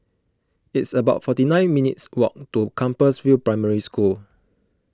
it's about forty nine minutes' walk to Compassvale Primary School